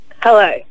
Hello